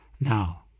Now